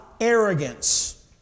arrogance